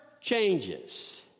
changes